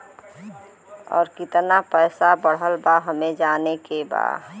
और कितना पैसा बढ़ल बा हमे जाने के बा?